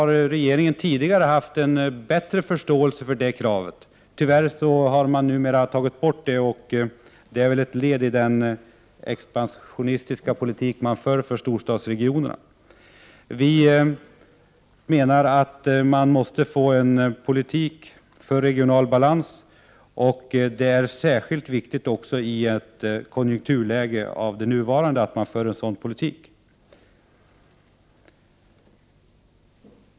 Regeringen har tidigare haft en bättre förståelse för det kravet, men tyvärr har man numera tagit bort det — det är väl ett led i den expansionistiska politik som regeringen för när det gäller storstadsregionerna. Vi menar att det måste föras en politik för regional balans, och det är särskilt viktigt i nuvarande konjunkturläge.